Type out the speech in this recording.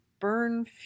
burn